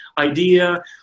idea